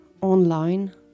online